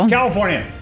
California